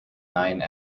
nine